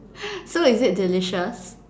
so is it delicious